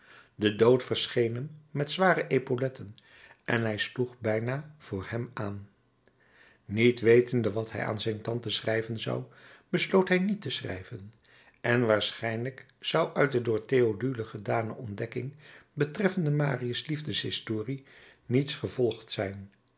de dood verscheen hem met zware epauletten en hij sloeg bijna voor hem aan niet wetende wat hij aan zijn tante schrijven zou besloot hij niet te schrijven en waarschijnlijk zou uit de door théodule gedane ontdekking betreffende marius liefdeshistorie niets gevolgd zijn